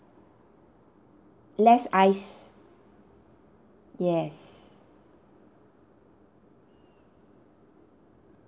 less ice yes